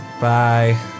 Bye